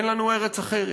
אין לנו ארץ אחרת.